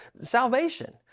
salvation